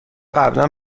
قبلا